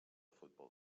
futbol